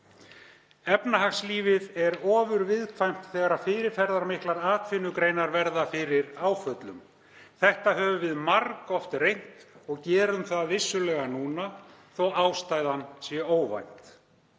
Efnahagslífið er ofurviðkvæmt þegar fyrirferðarmiklar atvinnugreinar verða fyrir áföllum. Þetta höfum við margoft reynt og gerum það vissulega núna þó að ástæðan sé óvænt.